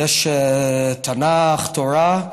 יש תנ"ך, תורה?